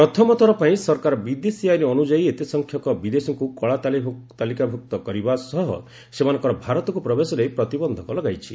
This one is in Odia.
ପ୍ରଥମଥର ପାଇଁ ସରକାର ବିଦେଶୀ ଆଇନ ଅନୁଯାୟୀ ଏତେ ସଂଖ୍ୟକ ବିଦେଶୀଙ୍କୁ କଳାତାଲିକାଭୁକ୍ତ କରିବା ସହ ସେମାନଙ୍କର ଭାରତକୁ ପ୍ରବେଶ ନେଇ ପ୍ରତିବନ୍ଧକ ଲଗାଇଛି